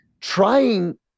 trying